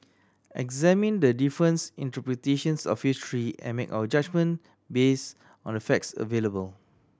examine the difference interpretations of history and make our judgement based on the facts available